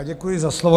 Děkuji za slovo.